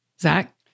Zach